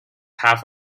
half